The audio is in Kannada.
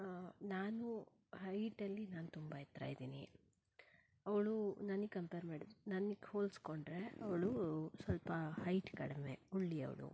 ನಾನು ಹೈಟಲ್ಲಿ ನಾನು ತುಂಬ ಎತ್ತರ ಇದ್ದೀನಿ ಅವಳು ನನಗೆ ಕಂಪೇರ್ ಮಾಡಿ ನನಗೆ ಹೋಲ್ಸಿಕೊಂಡ್ರೆ ಅವ್ಳು ಸ್ವಲ್ಪ ಹೈಟ್ ಕಡಿಮೆ ಕುಳ್ಳಿ ಅವಳು